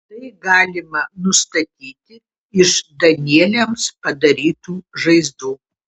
tai galima nustatyti iš danieliams padarytų žaizdų